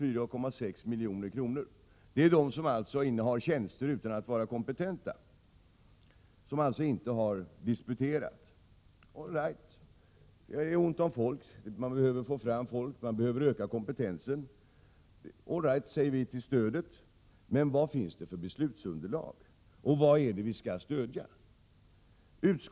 Det gäller de lärare som innehar tjänster utan att vara kompetenta, dvs. de som inte har disputerat. När det är ont om folk och man behöver öka kompetensen säger vi all right till stödet, men vad finns det för beslutsunderlag? Och vad är det vi skall stödja?